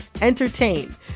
entertain